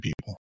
People